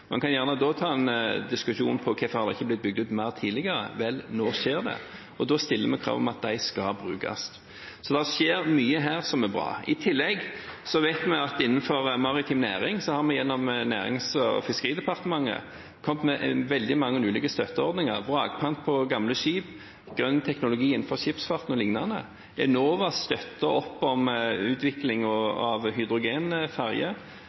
kan gjerne ta en diskusjon på hvorfor det ikke har blitt bygd ut mer tidligere. Vel, nå skjer det. Da stiller vi krav om at de skal brukes. Så det skjer mye her som er bra. I tillegg vet vi at innenfor maritim næring har vi gjennom Nærings- og fiskeridepartementet kommet med veldig mange ulike støtteordninger, som vrakpant på gamle skip, grønn teknologi innenfor skipsfarten o.l. Enova støtter opp om